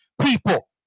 people